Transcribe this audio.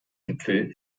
gipfel